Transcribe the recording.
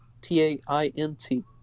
t-a-i-n-t